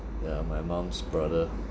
ya my mum's brother